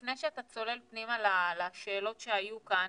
לפני שאתה צולל פנימה לשאלות שהיו כאן,